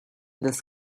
this